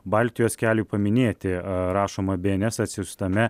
baltijos keliui paminėti rašoma bns atsiųstame